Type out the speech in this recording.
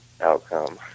outcome